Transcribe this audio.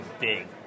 big